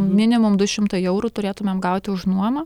minimum du šimtai eurų turėtumėm gauti už nuomą